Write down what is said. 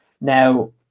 now